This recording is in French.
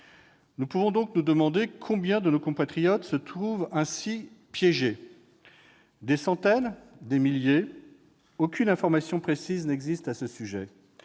Nous pouvons nous demander combien de nos compatriotes se trouvent ainsi piégés : des centaines, des milliers, sans doute, mais aucune information précise n'existe à leur sujet.